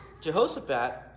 Jehoshaphat